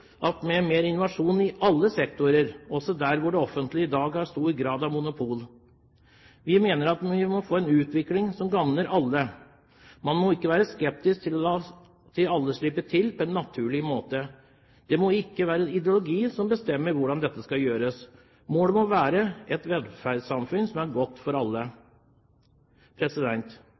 med mer innovasjon i alle sektorer, også der hvor det offentlige i dag har stor grad av monopol. Vi mener at vi må få en utvikling som gavner alle. Man må ikke være skeptisk til å la alle slippe til på en naturlig måte. Det må ikke være ideologi som bestemmer hvordan dette skal gjøres. Målet må være et velferdssamfunn som er godt for alle.